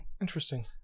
Interesting